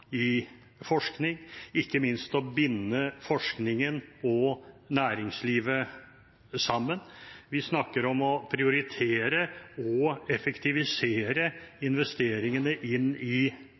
utdanning, forskning – ikke minst å binde forskningen og næringslivet sammen. Vi snakker om å prioritere og effektivisere investeringene i